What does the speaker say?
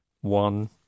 one